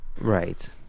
Right